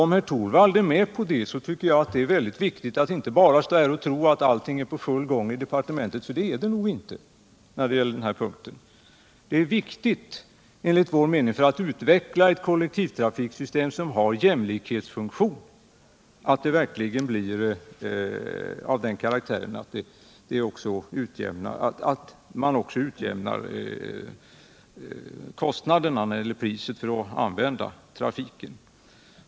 Om herr Torwald är med på det tycker jag att det är väldigt viktigt att inte bara stå här och tro att allting är på full gång i departementet, för det är det nog inte när det gäller den här punkten. Det är enligt vår mening viktigt för att utveckla ett kollektivtrafiksystem som har jämlikhetsfunktion att man också utjämnar de priser som man får betala för att använda sig av kollektivtrafiken.